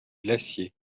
glacier